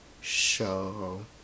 show